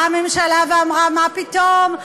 באה הממשלה ואמרה: מה פתאום?